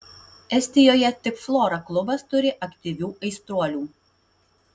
estijoje tik flora klubas turi aktyvių aistruolių